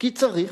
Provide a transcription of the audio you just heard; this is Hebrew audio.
כי צריך.